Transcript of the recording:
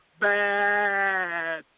bad